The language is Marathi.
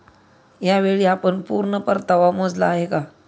यावेळी आपण पूर्ण परतावा मोजला आहे का?